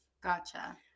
gotcha